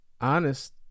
honest